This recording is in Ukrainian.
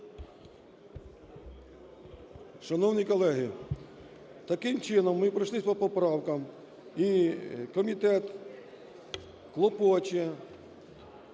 Шановні колеги, таким чином ми пройшлись по поправкам і комітет клопоче,